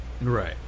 Right